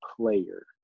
player